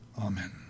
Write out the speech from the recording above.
Amen